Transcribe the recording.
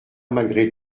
malgré